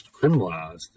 criminalized